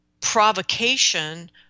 provocation